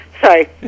sorry